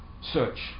Search